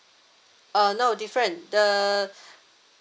uh no different the